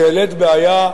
שהעלית בעיה,